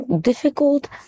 difficult